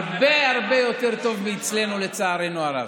הרבה הרבה יותר טוב מאצלנו, לצערנו הרב.